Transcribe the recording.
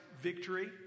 victory